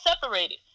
separated